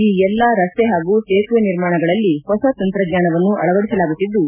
ಈ ಎಲ್ಲಾರಸ್ತೆ ಹಾಗೂ ಸೇತುವೆ ನಿರ್ಮಾಣಗಳಲ್ಲಿ ಹೊಸ ತಂತ್ರಜ್ಞಾನವನ್ನು ಅಳವಡಿಸಲಗುತ್ತಿದ್ದು